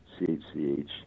CHCH